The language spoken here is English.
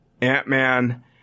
Ant-Man